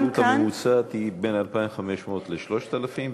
העלות הממוצעת היא בין 2,500 שקל ל-3,000 שקל,